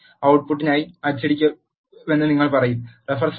ട്ട് പുട്ടായി അച്ചടിക്കുമെന്ന് നിങ്ങൾ പറയും